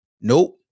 Nope